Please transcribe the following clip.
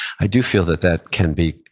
i do feel that that can be,